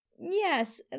Yes